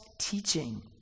teaching